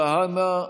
כהנא,